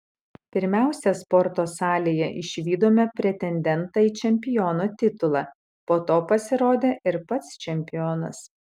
pirmiausia sporto salėje išvydome pretendentą į čempiono titulą po to pasirodė ir pats čempionas